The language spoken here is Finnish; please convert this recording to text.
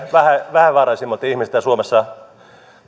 vähävaraisimmilta ihmisiltä suomessa